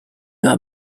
her